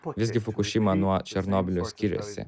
visgi fukušima nuo černobylio skiriasi